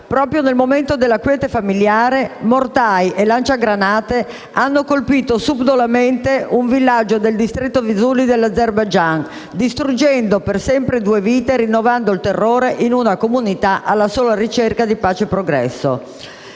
proprio nel momento della quiete familiare, mortai e lanciagranate hanno colpito subdolamente un villaggio del distretto Füzuli dell'Azerbaigian distruggendo per sempre due vite e rinnovando il terrore in una comunità alla sola ricerca di pace e progresso,